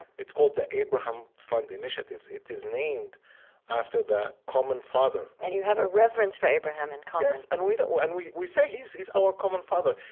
it's called the abraham fund initiatives. it is named after the common father and you have a reverence for abraham in common and yes, you know and we we say he's he's our common father,